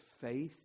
faith